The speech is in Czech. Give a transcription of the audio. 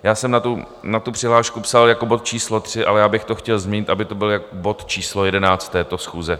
Já jsem na tu přihlášku psal jako bod číslo 3, ale já bych to chtěl změnit, aby to byl bod číslo 11 této schůze.